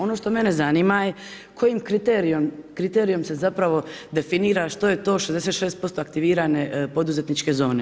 Ono što mene zanima je kojim kriterijem se zapravo definira što je to 66% aktivirane poduzetničke zone?